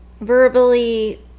verbally